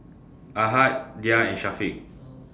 Ahad Dhia and Syafiq